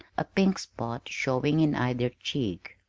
a pink spot showing in either cheek.